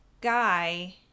guy